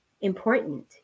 important